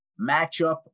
matchup